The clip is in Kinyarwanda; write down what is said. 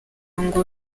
ngo